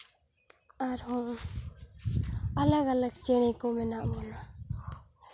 ᱟᱨᱦᱚᱸ ᱟᱞᱟᱜᱽᱼᱟᱞᱟᱜᱽ ᱪᱮᱬᱮ ᱠᱚ ᱢᱮᱱᱟᱜ ᱵᱚᱱᱟ